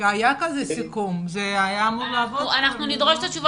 הוא לא חיכה שמישהו יעביר לו את התשובות.